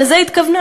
לזה היא התכוונה.